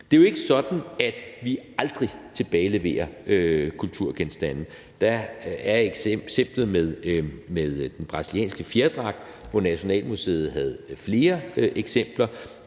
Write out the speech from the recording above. Det er jo ikke sådan, at vi aldrig tilbageleverer kulturgenstande. Der er eksemplet med den brasilianske fjerdragt, hvor Nationalmuseet havde flere eksemplarer,